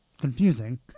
confusing